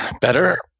Better